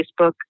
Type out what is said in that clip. Facebook